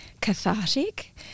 cathartic